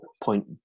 point